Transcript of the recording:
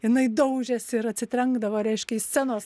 inai daužėsi ir atsitrenkdavo reiškia į scenos